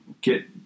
get